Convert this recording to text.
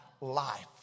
life